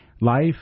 Life